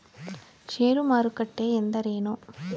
ಷೇರು ಮಾರುಕಟ್ಟೆ ಎಂದರೇನು?